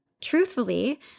Truthfully